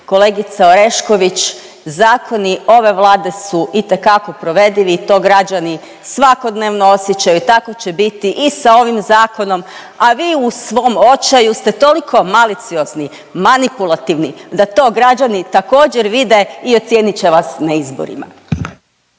Kolegice Orešković, zakoni ove Vlade su itekako provedivi i to građani svakodnevno osjećaju, tako će biti i sa ovim Zakonom, a vi u svom očaju ste toliko maliciozni, manipulativni da to građani također vide i ocijenit će vas na izborima.